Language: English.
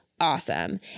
awesome